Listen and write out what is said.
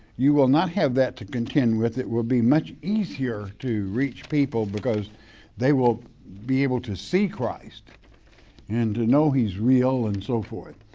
you will not have that to contend with, it will be much easier to reach people because they will be able to see christ and to know he's real and so forth.